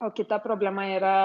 o kita problema yra